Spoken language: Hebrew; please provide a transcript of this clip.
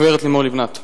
הגברת לימור לבנת,